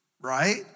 Right